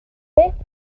beth